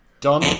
Done